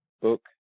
book